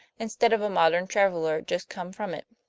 instead of a modern traveler just come from it.